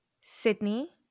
Sydney